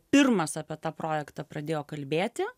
pirmas apie tą projektą pradėjo kalbėti